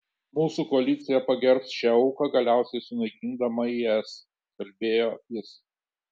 mūsų koalicija pagerbs šią auką galiausiai sunaikindama is kalbėjo jis